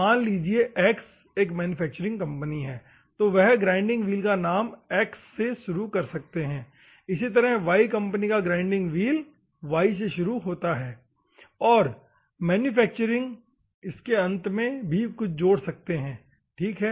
मान लीजिए X manufacturing company है तो वह ग्राइंडिंग व्हील का नाम X से शुरू कर सकते हैं इसी तरह Y कंपनी का ग्राइंडिंग व्हील Y से शुरू होता है और मैन्युफैक्चरर इसके अंत में भी कुछ जोड़ सकते हैं ठीक है